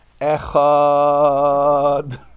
Echad